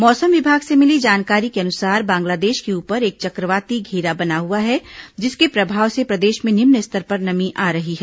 मौसम विभाग से मिली जानकारी के अनुसार बांग्लादेश के ऊपर एक चक्रवाती घेरा बना हुआ है जिसके प्रभाव से प्रदेश में निम्न स्तर पर नमी आ रही है